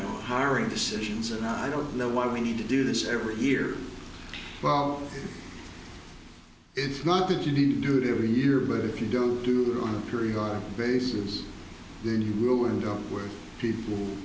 know hiring decisions and i don't know why we need to do this every year well it's not that you need to do it every year but if you don't do that on a periodic basis then you will wind up where people